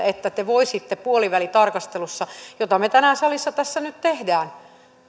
että te voisitte puolivälitarkastelussa jota tänään tässä salissa nyt tehdään